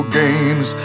games